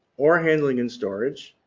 ore handling and storage,